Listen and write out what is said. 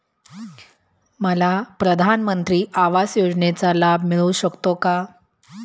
मला प्रधानमंत्री आवास योजनेचा लाभ मिळू शकतो का?